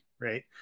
right